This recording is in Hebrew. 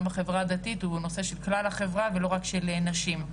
בחברה הדתית הוא נושא של כלל החברה ולא רק של נשים.